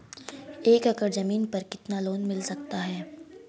एक एकड़ जमीन पर कितना लोन मिल सकता है?